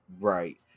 Right